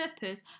purpose